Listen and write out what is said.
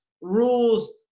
rules